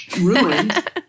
ruined